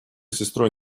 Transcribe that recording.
сестрой